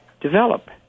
develop